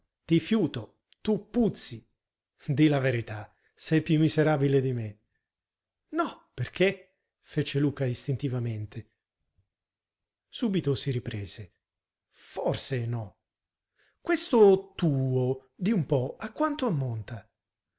ti fiuto tu puzzi di la verità sei più miserabile di me no perché fece luca istintivamente subito si riprese forse no questo tuo di un po a quanto ammonta